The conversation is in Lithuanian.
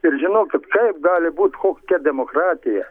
ir žinokit kaip taip gali būt kokia demokratija